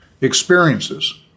experiences